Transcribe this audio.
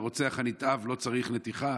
הרוצח הנתעב לא צריך נתיחה.